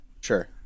sure